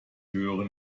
höre